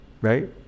right